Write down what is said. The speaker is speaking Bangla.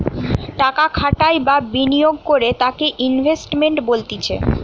টাকা খাটাই বা বিনিয়োগ করে তাকে ইনভেস্টমেন্ট বলতিছে